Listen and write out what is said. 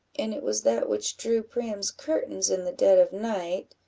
and it was that which drew priam's curtains in the dead of night,